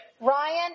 Ryan